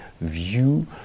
view